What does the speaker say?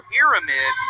Pyramid